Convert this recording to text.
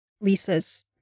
Lisa's